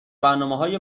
برنامههای